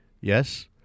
Yes